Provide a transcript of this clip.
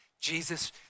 Jesus